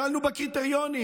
הקלנו בקריטריונים.